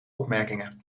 opmerkingen